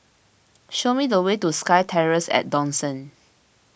show me the way to SkyTerrace at Dawson